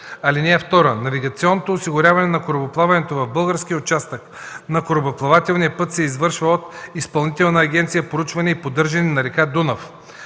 (2) Навигационното осигуряване на корабоплаването в българския участък на корабоплавателния път се извършва от Изпълнителна агенция „Проучване и поддържане на река Дунав”.”